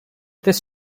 this